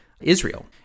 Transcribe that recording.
Israel